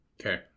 Okay